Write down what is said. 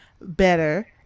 better